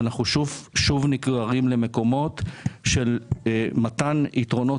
אנחנו שוב נגררים למקומות של מתן יתרונות